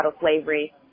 slavery